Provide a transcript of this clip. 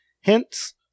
Hence